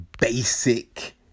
basic